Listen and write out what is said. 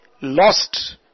lost